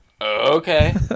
Okay